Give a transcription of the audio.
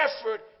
effort